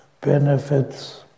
benefits